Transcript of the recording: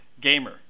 Gamer